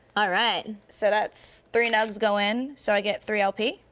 alright. so that's, three nugs go in, so i get three lp?